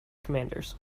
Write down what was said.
commanders